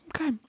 Okay